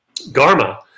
Garma